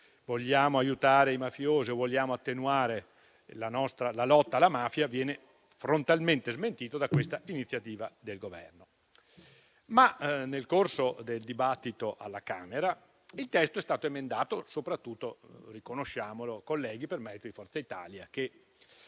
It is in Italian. vogliamo aiutare i mafiosi o attenuare la lotta alla mafia viene frontalmente smentito da questa iniziativa dell'Esecutivo. Tuttavia, nel corso del dibattito alla Camera il testo è stato emendato soprattutto - riconosciamolo, colleghi - per merito di Forza Italia, che